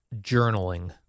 journaling